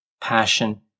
passion